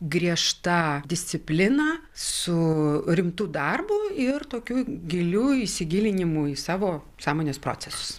griežta disciplina su rimtu darbu ir tokiu giliu įsigilinimu į savo sąmonės procesus